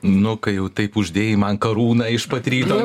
nu kai jau taip uždėjai man karūną iš pat ryto